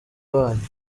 wanyu